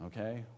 Okay